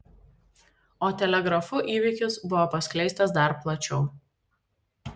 o telegrafu įvykis buvo paskleistas dar plačiau